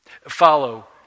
Follow